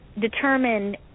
determine